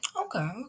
Okay